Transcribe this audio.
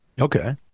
Okay